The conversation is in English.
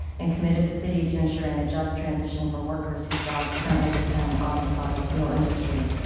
and committed the city to ensuring a just transition for workers whose jobs currently depend on the fossil fuel industry.